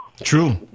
True